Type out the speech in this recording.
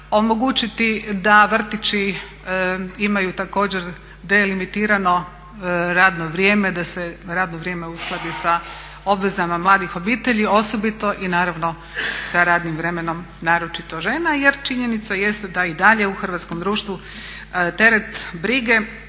omogućiti da vrtići imaju također delimitirano radno vrijeme, da se radno vrijeme uskladi sa obvezama mladih obitelji osobito i naravno sa radnim vremenom naročito žena. Jer činjenica jest da i dalje u hrvatskom društvu teret brige